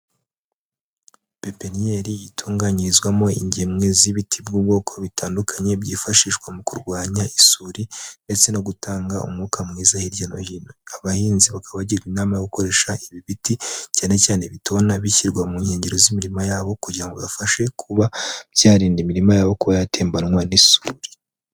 Pepiniyeri itunganyirizwamo ingemwe z'ibiti by'ubwoko bitandukanye byifashishwa mu kurwanya isuri ndetse no gutanga umwuka mwiza hirya no hino, abahinzi bakaba bagirwa inama yo gukoresha ibi biti cyane cyane bitona bishyirwa mu nkengero z'imirima yabo, kugira ngo bibafashe kuba byarinda imiririma yabo kuba yatembanywa n'isuri.